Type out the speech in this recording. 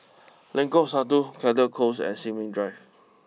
Lengkok Satu Caldecott close and Sin Ming Drive